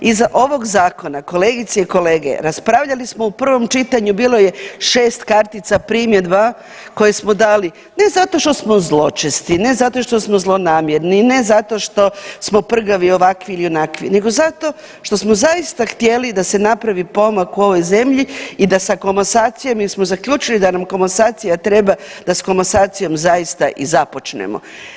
Iza ovog zakona kolegice i kolege, raspravljali smo u prvom čitanju bilo je šest kartica primjedba koje smo dali ne zato što smo zločesti, ne zato što smo zlonamjerni, ne zato što smo prgavi ovakvi ili onakvi nego zato što smo zaista htjeli da se napravi pomak u ovoj zemlji i da sa komasacijom jer smo zaključili da nam komasacija treba da s komasacijom zaista i započnemo.